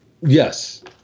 Yes